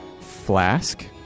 flask